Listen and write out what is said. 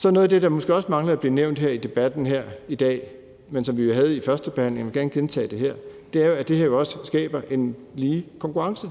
Kl. 11:18 Noget af det, der måske også mangler at blive nævnt i debatten her i dag, men som vi havde med i førstebehandlingen, og som jeg gerne vil gentage her, er, at det her også skaber en lige konkurrence.